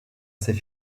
ses